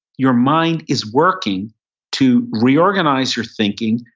your mind is working to reorganize your thinking,